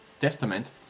testament